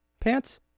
pants